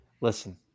Listen